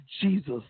Jesus